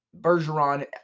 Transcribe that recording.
Bergeron